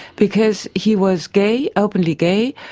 because he was gay, openly gay,